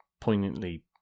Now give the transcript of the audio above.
poignantly